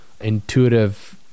intuitive